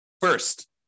first